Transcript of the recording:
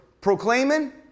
proclaiming